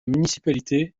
municipalité